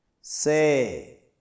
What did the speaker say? Say